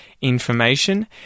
information